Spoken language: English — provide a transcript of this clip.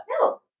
No